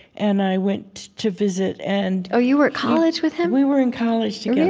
and i went to visit and, oh, you were at college with him? we were in college together